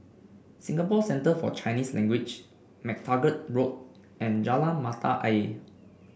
Singapore Centre For Chinese Language MacTaggart Road and Jalan Mata Ayer